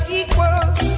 equals